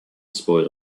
spoiled